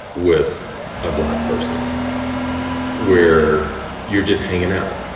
with a black person where you're just hangin' out,